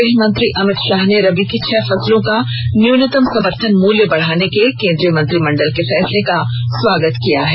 गृहमंत्री अमित शाह ने रबी की छह फसलों का न्यूनतम समर्थन मूल्य बढ़ाने के केन्द्रीय मंत्रिमंडल के फैसले का स्वागत किया है